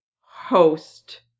host